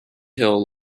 hill